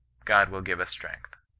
god will give us strength.